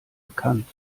bekannt